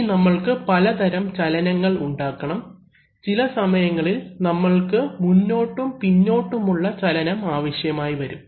ഇനി നമ്മൾക്ക് പലതരം ചലനങ്ങൾ ഉണ്ടാക്കണം ചില സമയങ്ങളിൽ നമ്മൾക്ക് മുന്നോട്ടും പിന്നോട്ടുമുള്ള ചലനം ആവശ്യമായിവരും